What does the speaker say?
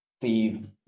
Steve